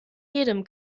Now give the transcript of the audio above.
jedem